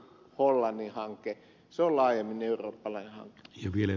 se on laajemmin eurooppalainen hanke